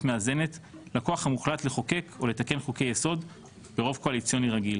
מאזנת לקוח המוחלט לחוקק או לתקן חוקי יסוד ברוב קואליציוני רגיל.